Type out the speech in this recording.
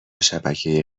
شبکه